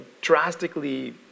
drastically